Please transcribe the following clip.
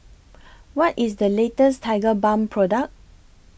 What IS The latest Tigerbalm Product